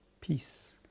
peace